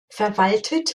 verwaltet